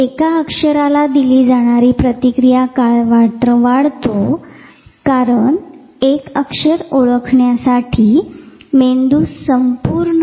एका अक्षराला दिली जाणारा प्रतिक्रिया काळ वाढतो कारण एक अक्षर ओळखण्यासाठी मेंदू संपूर्ण संचाचे आलेखन करत असेल